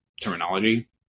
terminology